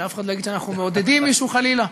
שאף אחד לא יגיד שאנחנו מעודדים מישהו חלילה.